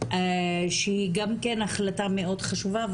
שהיא גם כן החלטה מאוד חשובה,